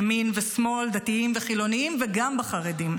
ימין ושמאל, דתיים וחילונים, וגם בחרדים.